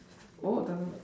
oh doesn't mat